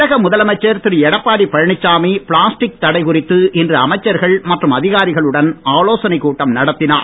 தமிழக முதலமைச்சர் திரு எடப்பாடி பழனிச்சாமி பிளாஸ்டிக் தடை குறித்து இன்று அமைச்சர்கள் மற்றும் அதிகாரிகளுடன் ஆலோசனைக் கூட்டம் நடத்தினர்